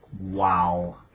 Wow